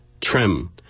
trim